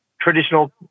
traditional